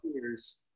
years